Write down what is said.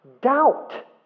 Doubt